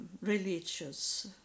religious